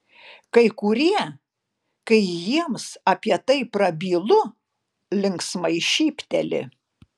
kai kurie kai jiems apie tai prabylu linksmai šypteli